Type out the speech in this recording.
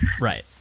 Right